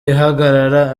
ihagarara